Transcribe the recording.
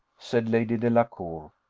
said lady delacour.